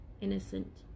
innocent